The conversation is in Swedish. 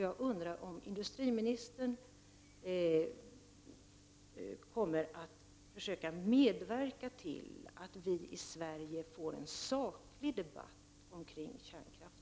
Jag undrar om industriministern kommer att försöka medverka till att vi i Sverige får en saklig debatt kring kärnkraften.